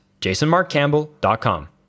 jasonmarkcampbell.com